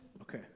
Okay